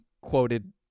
quoted